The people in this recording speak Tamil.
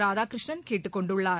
ராதாகிருஷ்ணன் கேட்டுக் கொண்டுள்ளார்